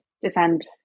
defend